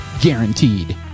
guaranteed